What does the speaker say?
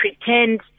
pretend